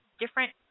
different